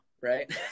right